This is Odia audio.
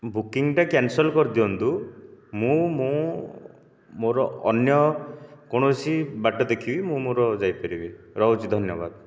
ବୁକିଂଟା କ୍ୟାନସଲ କରିଦିଅନ୍ତୁ ମୁଁ ମୋର ଅନ୍ୟ କୌଣସି ବାଟ ଦେଖିବି ମୁଁ ମୋର ଯାଇପାରିବି ରହୁଛି ଧନ୍ୟବାଦ